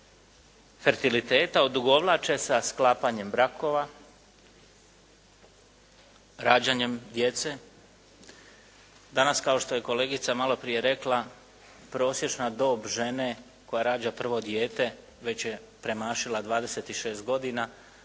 ne razumije./ … odugovlače sa sklapanjem brakova, rađanjem djece. Danas, kao što je kolegica maloprije rekla prosječna dob žene koja rađa prvo dijete već je premašila 26 godina,